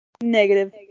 Negative